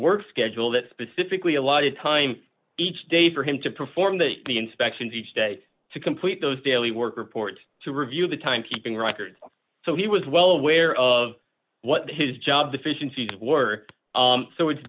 work schedule that specifically allotted time each day for him to perform the inspections each day to complete those daily work report to review the time keeping records so he was well aware of what his job deficiencies were so it's